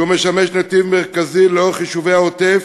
שמשמש נתיב מרכזי לאורך יישובי העוטף,